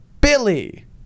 Billy